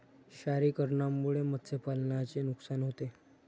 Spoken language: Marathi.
क्षारीकरणामुळे मत्स्यपालनाचे नुकसान होते